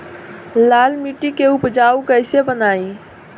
लाल मिट्टी के उपजाऊ कैसे बनाई?